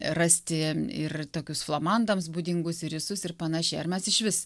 rasti ir tokius flamandams būdingus irisus ir panašiai ar mes išvis